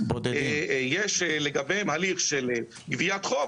יש לגביהם הליך של גביית חוב,